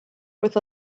with